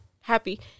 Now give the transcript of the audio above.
happy